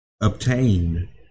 obtained